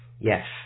Yes